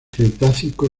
cretácico